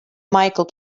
michael